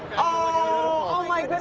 oh my